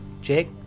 Jake